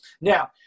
Now